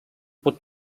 pot